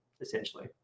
Essentially